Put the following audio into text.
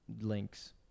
links